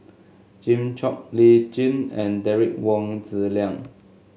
Jimmy Chok Lee Tjin and Derek Wong Zi Liang